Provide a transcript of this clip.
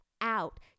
out